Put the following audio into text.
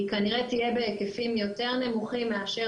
היא כנראה תהיה בהיקפים יותר נמוכים מאשר